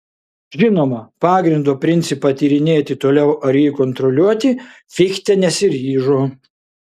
žinoma pagrindo principą tyrinėti toliau ar jį kontroliuoti fichte nesiryžo